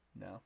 No